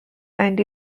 and